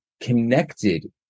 connected